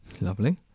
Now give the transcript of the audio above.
Lovely